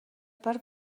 per